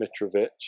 Mitrovic